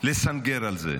לסנגר על זה.